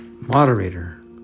Moderator